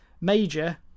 Major